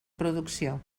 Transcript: producció